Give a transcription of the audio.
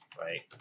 right